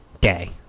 day